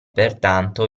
pertanto